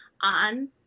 on